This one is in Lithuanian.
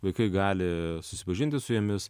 vaikai gali susipažinti su jomis